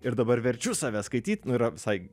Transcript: ir dabar verčiu save skaityt nu yra visai